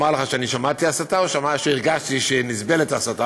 לך ששמעתי הסתה או שהרגשתי שנסבלת הסתה,